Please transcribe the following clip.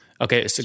Okay